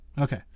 Okay